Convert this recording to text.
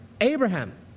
Abraham